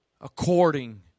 according